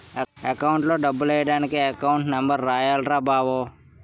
అకౌంట్లో డబ్బులెయ్యడానికి account number రాయాల్రా బావో